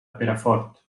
perafort